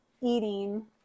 eating